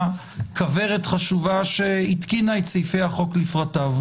כוורת חשובה שהתקינה את סעיפי החוק לפרטיו,